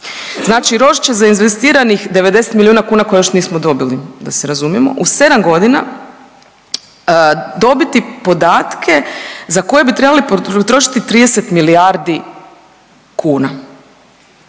Znači Rosch ća za investiranih 90 milijuna kuna koje još nismo dobili da se razumijemo, u sedam godina dobiti podatke za koje bi trebali potrošiti 30 milijardi kuna.